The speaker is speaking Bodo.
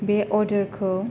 बे अर्दारखौ